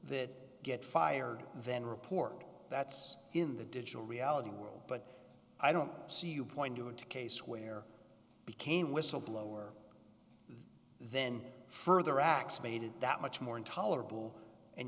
that get fired then report that's in the digital reality world but i don't see you point to a case where we came whistleblower then further acts made it that much more intolerable and